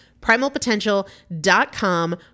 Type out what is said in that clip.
Primalpotential.com